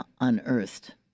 unearthed